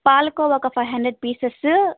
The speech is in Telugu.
పాలకోవా ఒక ఫైవ్ హండ్రెడ్ పీసెస్సు